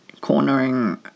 cornering